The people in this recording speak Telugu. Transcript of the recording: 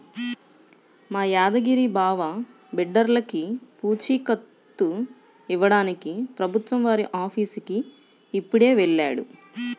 మా యాదగిరి బావ బిడ్డర్లకి పూచీకత్తు ఇవ్వడానికి ప్రభుత్వం వారి ఆఫీసుకి ఇప్పుడే వెళ్ళాడు